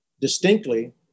distinctly